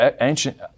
ancient